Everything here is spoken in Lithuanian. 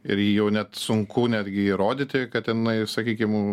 ir jau net sunku netgi įrodyti kad tenai sakykim